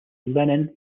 lennon